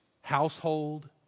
household